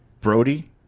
Brody